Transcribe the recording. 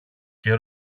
και